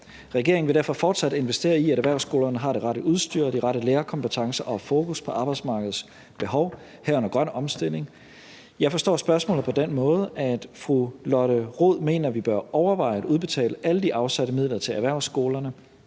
Regeringen vil derfor fortsat investere i, at erhvervsskolerne har det rette udstyr, de rette lærerkompetencer og fokus på arbejdsmarkedets behov, herunder grøn omstilling. Jeg forstår spørgsmålet på den måde, at fru Lotte Rod mener, vi bør overveje at udbetale alle de afsatte midler til erhvervsskolerne